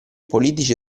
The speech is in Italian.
politici